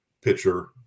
pitcher